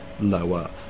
lower